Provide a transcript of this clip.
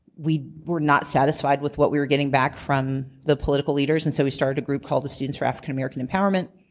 we were not satisfied with what we were getting back from the political leaders, and so we started a group called the students for african american empowerment.